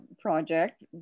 project